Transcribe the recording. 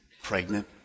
pregnant